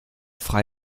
frei